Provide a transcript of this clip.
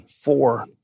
four